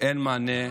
אין מענה.